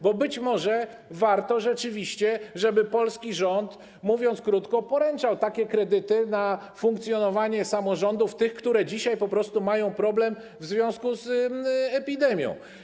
Być może rzeczywiście warto, żeby polski rząd, mówiąc krótko, poręczał takie kredyty na funkcjonowanie samorządów, tych, które dzisiaj po prostu mają problem w związku z epidemią.